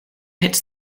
hits